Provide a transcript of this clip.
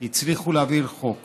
הצליחו להעביר חוק